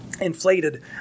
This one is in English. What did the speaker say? inflated